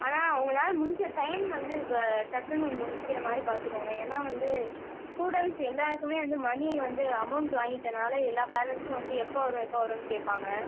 ஆனால் உங்களால் முடிஞ்ச டைம் வந்து இப்போ டக்குனு முடிக்கிற மாதிரி பார்த்துக்கோங்க ஏன்னால் வந்து ஸ்டூடெண்ட்ஸ் எல்லாேருக்குமே வந்து மணி வந்து அமௌண்ட் வாங்கிட்டனால் எல்லா பேரண்ட்ஸும் வந்து எப்போ வரும் எப்போ வரும்னு கேட்பாங்க